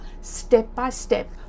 step-by-step